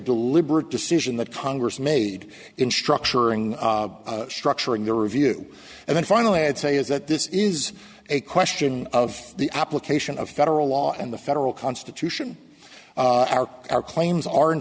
deliberate decision that congress made in structuring structuring the review and then finally i'd say is that this is a question of the application of federal law and the federal constitution are our claims are in